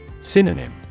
Synonym